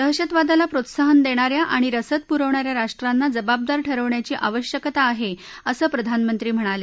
दहशतवादाला प्रोत्साहन देणा या आणि रसद प्रवणा या राष्ट्रांना जबाबदार ठरवण्याची आवश्यकता आहे असं प्रधानमंत्री म्हणाले